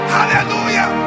hallelujah